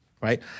right